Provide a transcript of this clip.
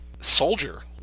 Soldier